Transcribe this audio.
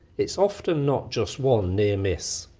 it's often not just one near-miss,